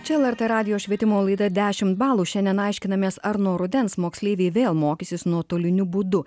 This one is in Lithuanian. čia lrt radijo švietimo laida dešimt balų šiandien aiškinamės ar nuo rudens moksleiviai vėl mokysis nuotoliniu būdu